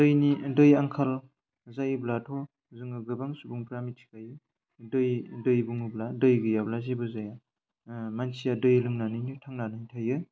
दैनि दै आंखाल जायोब्लाथ' जोङो गोबां सुबुंफ्रा मिथिखायो दै दै बुङोब्ला दै गैयाब्ला जेबो जाया मोनसिया दै लोंनानैनो थांनानै थाङो